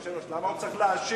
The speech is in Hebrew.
הוא רוצה לענות,